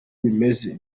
bimeze